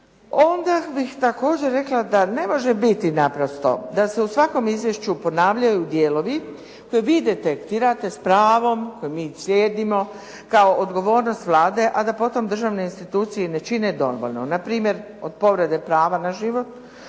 Onda bih također rekla da ne može biti naprosto da se u svakom izvješću ponavljaju dijelovi koje vi detektirate s pravom koje mi cijenimo kao odgovornost Vlade a da potom državne institucije ne čine dovoljno. Na primjer, od povrede prava na život